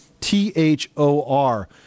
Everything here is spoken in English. T-H-O-R